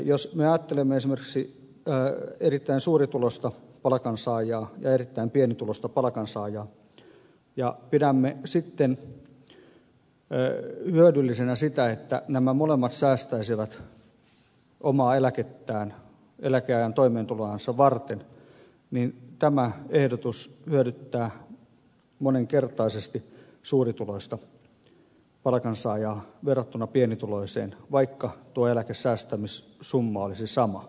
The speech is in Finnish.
jos me ajattelemme esimerkiksi erittäin suurituloista palkansaajaa ja erittäin pienituloista palkansaajaa ja pidämme sitten hyödyllisenä sitä että nämä molemmat säästäisivät omaa eläkettään eläkeajan toimeentuloansa varten niin tämä ehdotus hyödyttää moninkertaisesti suurituloista palkansaajaa verrattuna pienituloiseen vaikka tuo eläkesäästämissumma olisi sama